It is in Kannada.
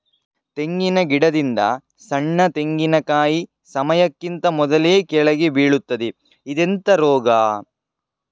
ತೆಂಗಿನ ಗಿಡದಿಂದ ಸಣ್ಣ ತೆಂಗಿನಕಾಯಿ ಸಮಯಕ್ಕಿಂತ ಮೊದಲೇ ಕೆಳಗೆ ಬೀಳುತ್ತದೆ ಇದೆಂತ ರೋಗ?